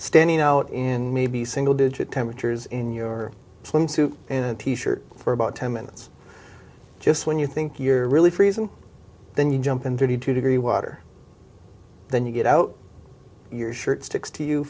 standing out in maybe single digit temperatures in your suit in a t shirt for about ten minutes just when you think you're really freezing then you jump in thirty two degree water then you get out your shirt sticks to you